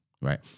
Right